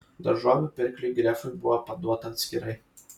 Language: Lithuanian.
daržovių pirkliui grefui buvo paduota atskirai